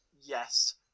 yes